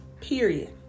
period